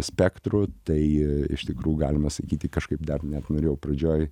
spektru tai iš tikrų galima sakyti kažkaip dar net norėjau pradžioj